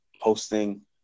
posting